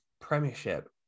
Premiership